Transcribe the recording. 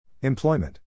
Employment